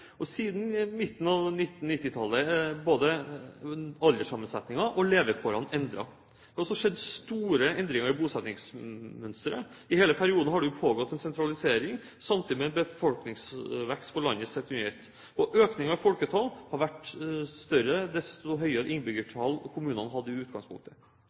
Siden midten av 1990-tallet er både alderssammensetningen og levekårene endret. Det har også skjedd store endringer i bosetningsmønsteret. I hele perioden har det pågått en sentralisering samtidig med en befolkningsvekst for landet sett under ett. Økningen i folketall har vært større dess høyere innbyggertall kommunene hadde i utgangspunktet.